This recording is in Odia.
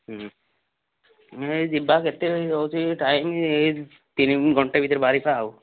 ଏଇ ଯିବା କେତେ ହୋଉଛି ଟାଇମ୍ ଏଇ ତିନି ଘଣ୍ଟେ ଭିତରେ ବାହାରିବା ଆଉ